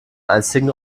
einstigen